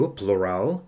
plural